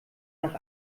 nach